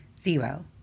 zero